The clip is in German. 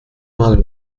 mal